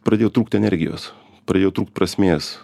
pradėjo trūkt energijos pradėjo trūkt prasmės